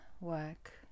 work